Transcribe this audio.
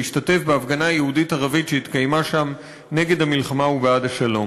להשתתף בהפגנה יהודית-ערבית שהתקיימה שם נגד המלחמה ובעד השלום.